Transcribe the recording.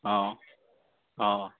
অঁ অঁ অঁ